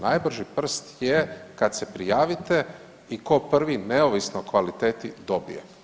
Najbrži prst je kad se prijavite i ko prvi neovisno o kvaliteti dobije.